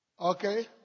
Okay